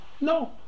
No